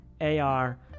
AR